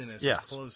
Yes